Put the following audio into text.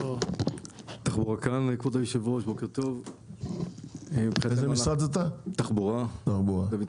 אני מהלשכה המשפטית במשרד התחבורה.